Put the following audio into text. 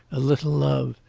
a little love,